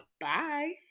Bye